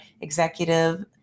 executive